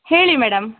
ಹೇಳಿ ಮೇಡಮ್